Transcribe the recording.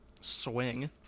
swing